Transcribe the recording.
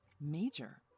major